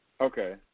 Okay